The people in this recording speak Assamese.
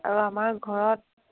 আৰু আমাৰ ঘৰত